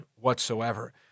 whatsoever